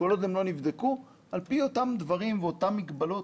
כל עוד הם לא נבדקו על פי אותם דברים ואותן מגבלות